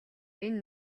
энэ